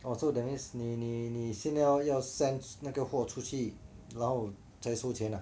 哦这个 that means 你你你现在要要 send 那个货出去然后才收钱啊